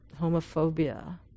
homophobia